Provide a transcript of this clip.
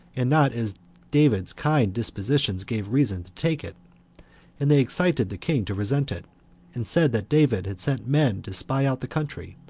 and not as david's kind dispositions gave reason to take it and they excited the king to resent it and said that david had sent men to spy out the country,